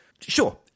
Sure